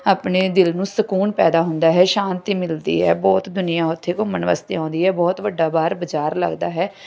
ਆਪਣੇ ਦਿਲ ਨੂੰ ਸਕੂਨ ਪੈਦਾ ਹੁੰਦਾ ਹੈ ਸ਼ਾਂਤੀ ਮਿਲਦੀ ਹੈ ਬਹੁਤ ਦੁਨੀਆ ਉੱਥੇ ਘੁੰਮਣ ਵਾਸਤੇ ਆਉਂਦੀ ਹੈ ਬਹੁਤ ਵੱਡਾ ਬਾਹਰ ਬਜ਼ਾਰ ਲੱਗਦਾ ਹੈ